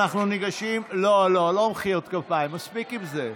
אנחנו ניגשים, לא, לא מחיאות כפיים, מספיק עם זה.